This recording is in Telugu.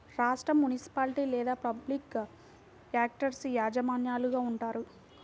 రాష్ట్రం, మునిసిపాలిటీ లేదా పబ్లిక్ యాక్టర్స్ యజమానులుగా ఉంటారు